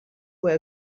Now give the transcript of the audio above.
were